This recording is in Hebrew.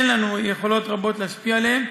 אין לנו יכולת רבה להשפיע עליהם,